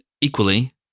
Equally